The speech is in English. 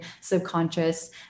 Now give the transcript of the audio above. subconscious